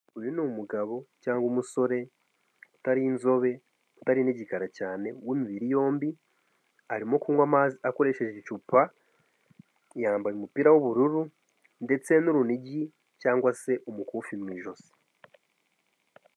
Uyu ni umugabo cyangwa umusore utari inzobe, utari n'igikara cyane w'imibiri yombi, arimo kunywa amazi akoresheje icupa, yambaye umupira w'ubururu ndetse n'urunigi cyangwa se umukufi mu ijosi.